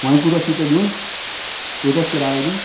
وۄنۍ کوٗتاہ چھی ژےٚ دیُن کۭژاہ چھِ کِراے دِنۍ